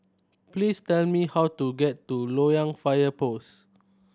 please tell me how to get to Loyang Fire Post